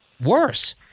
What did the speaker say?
worse